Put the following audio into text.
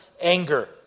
anger